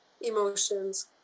emotions